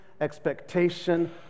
expectation